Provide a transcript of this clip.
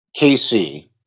KC